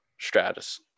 stratus